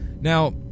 Now